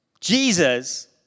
Jesus